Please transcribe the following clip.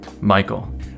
Michael